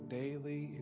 daily